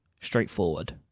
straightforward